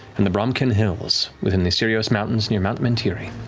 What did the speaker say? and the bromkiln hills, within the cyrios mountains, near mount mentiri.